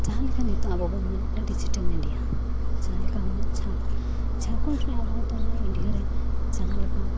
ᱡᱟᱦᱟᱸᱞᱮᱠᱟ ᱱᱤᱛᱚᱝ ᱟᱵᱚᱵᱚᱱ ᱢᱮᱱᱮᱫ ᱠᱟᱱᱟ ᱰᱤᱡᱤᱴᱮᱞ ᱤᱱᱰᱤᱭᱟ ᱡᱟᱦᱟᱸᱞᱮᱠᱟ ᱢᱮᱱᱟᱜ ᱡᱷᱟᱲᱠᱷᱚᱸᱰ ᱡᱷᱟᱲᱠᱷᱚᱸᱰ ᱨᱮ ᱟᱵᱚᱦᱚᱸ ᱛᱚ ᱱᱚᱜᱼᱚᱭ ᱤᱱᱰᱤᱭᱟᱨᱮ ᱡᱟᱦᱟᱸ ᱞᱮᱠᱟ